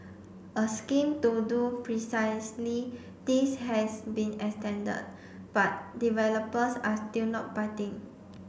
a scheme to do precisely this has been extended but developers are still not biting